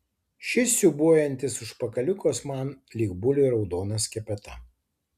šis siūbuojantis užpakaliukas man lyg buliui raudona skepeta